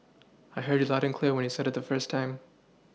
I heard you loud and clear when you said it the first time